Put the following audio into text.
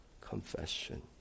confession